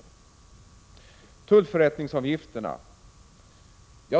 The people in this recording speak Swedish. Beträffande tullförrättningsavgifterna